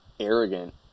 arrogant